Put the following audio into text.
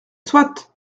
soit